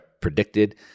predicted